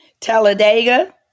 Talladega